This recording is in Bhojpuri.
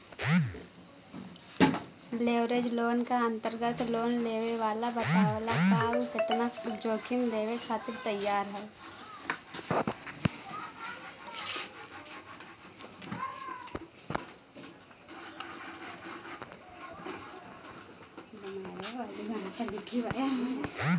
लिवरेज लोन क अंतर्गत लोन लेवे वाला बतावला क उ केतना जोखिम लेवे खातिर तैयार हौ